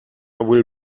will